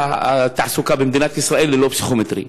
התעסוקה במדינת ישראל ללא פסיכומטרי.